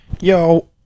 Yo